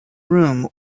room